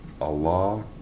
Allah